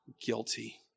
guilty